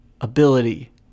ability